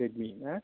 Redmi ना